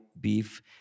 beef